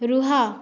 ରୁହ